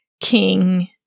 king